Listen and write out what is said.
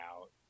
out